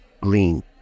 green